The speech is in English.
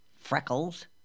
freckles